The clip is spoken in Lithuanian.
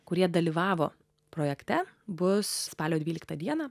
kurie dalyvavo projekte bus spalio dvyliktą dieną